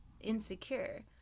insecure